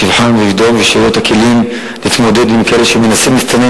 שיבחן ויבדוק ויהיו לו הכלים להתמודד עם כאלה שמנסים להסתנן,